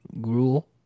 gruel